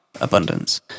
Abundance